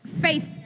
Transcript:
Faith